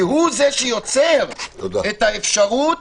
כי הוא זה שיוצר את האפשרות